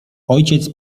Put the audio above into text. ojciec